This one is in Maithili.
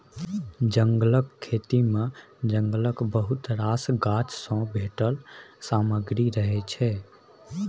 जंगलक खेती मे जंगलक बहुत रास गाछ सँ भेटल सामग्री रहय छै